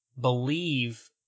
believe